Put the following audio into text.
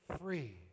free